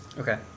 Okay